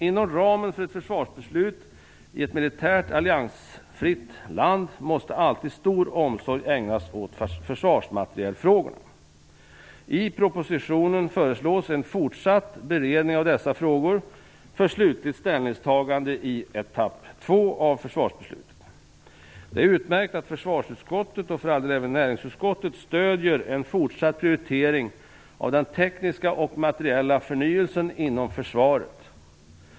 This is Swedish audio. Inom ramen för ett försvarsbeslut i ett militärt alliansfritt land måste alltid stor omsorg ägnas åt försvarsmaterielfrågorna. I propositionen föreslås en fortsatt beredning av dessa frågor för slutligt ställningstagande i etapp 2 av försvarsbeslutet. Det är utmärkt att försvarsutskottet - och för all del även näringsutskottet - stödjer en fortsatt prioritering av den tekniska och materiella förnyelsen inom försvaret.